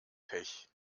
pech